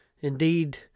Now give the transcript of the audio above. Indeed